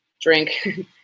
drink